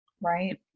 Right